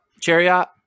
chariot